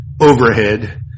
overhead